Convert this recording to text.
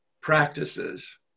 practices